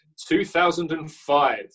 2005